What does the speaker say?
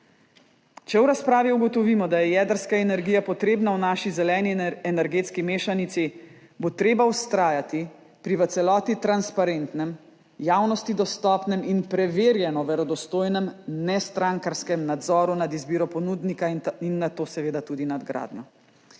Če v razpravi ugotovimo, da je jedrska energija potrebna v naši zeleni energetski mešanici, bo treba vztrajati pri v celoti transparentnem, javnosti dostopnem in preverjeno verodostojnem nestrankarskem nadzoru nad izbiro ponudnika in nato seveda tudi nadgradnjo.